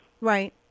Right